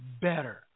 better